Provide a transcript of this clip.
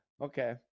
Okay